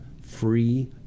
free